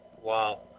Wow